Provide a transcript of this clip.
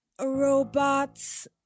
Robots